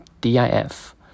DIF